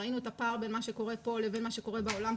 ראינו את הפער בין מה שקורה פה לבין מה שקורה בעולם,